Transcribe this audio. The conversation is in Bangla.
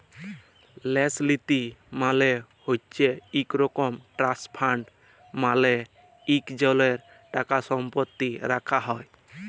ল্যাস লীতি মালে হছে ইক রকম ট্রাস্ট ফাল্ড মালে ইকজলের টাকাসম্পত্তি রাখ্যা হ্যয়